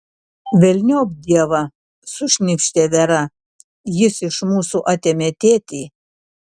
velniop dievą sušnypštė vera jis iš mūsų atėmė tėtį